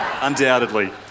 Undoubtedly